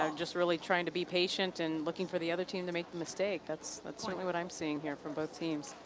um just really trying to be patient and looking for the other team to make the mistake. that's that's certainly what i'm seeing here from both teams.